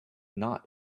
not